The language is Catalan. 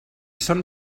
són